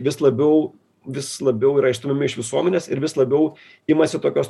vis labiau vis labiau yra išstumiami iš visuomenės ir vis labiau imasi tokios